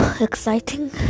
exciting